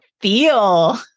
feel